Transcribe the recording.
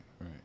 right